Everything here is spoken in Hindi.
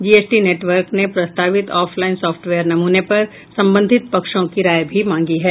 जीएसटी नेटवर्क ने प्रस्तावित ऑफलाइन साफ्टवेयर नमूने पर संबंधित पक्षों की राय भी मांगी है